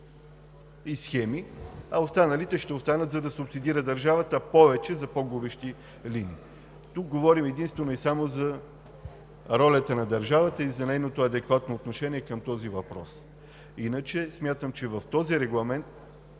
и схеми, а останалите ще останат, за да субсидира държавата повече по-губещи линии. Тук говорим единствено и само за ролята на държавата и за нейното адекватно отношение към този въпрос. Иначе смятам, че в този регламент